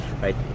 right